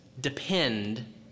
depend